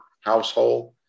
household